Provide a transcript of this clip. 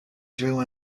drew